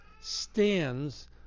stands